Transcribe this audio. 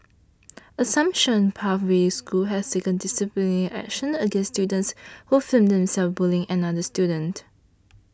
Assumption Pathway School has taken disciplinary action against students who filmed themselves bullying another student